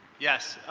yes,